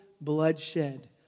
bloodshed